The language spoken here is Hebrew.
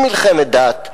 הוא מלחמת דת.